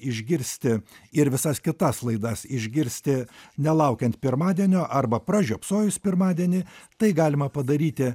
išgirsti ir visas kitas laidas išgirsti nelaukiant pirmadienio arba pražiopsojus pirmadienį tai galima padaryti